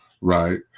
right